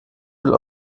will